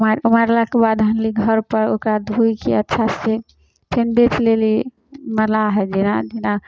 मारलाके बाद आनली घरपर ओकरा धोइके अच्छासे फेर बेचि लेली मलाह जेना जेना